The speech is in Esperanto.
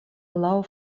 laŭ